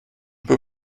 peux